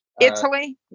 Italy